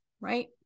right